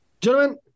Gentlemen